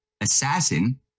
assassin